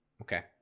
okay